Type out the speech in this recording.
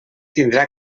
tindrà